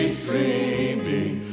streaming